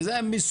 וזה היה מסוכן.